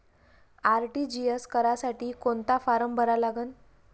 RTGS करासाठी कोंता form भरा लागन?